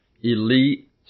elite